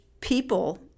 people